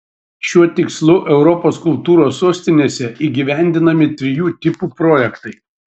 šiuo tikslu europos kultūros sostinėse įgyvendinami trijų tipų projektai